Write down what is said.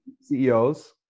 CEOs